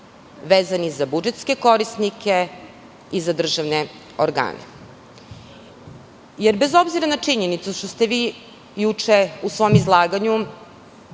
vezani za budžetske korisnike i za državne organe? Bez obzira na činjenicu što ste vi juče u svom izlaganju